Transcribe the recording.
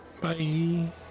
Bye